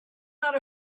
not